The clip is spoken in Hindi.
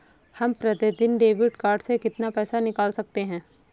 हम प्रतिदिन डेबिट कार्ड से कितना पैसा निकाल सकते हैं?